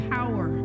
power